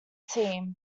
team